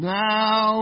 now